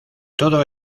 todo